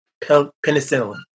penicillin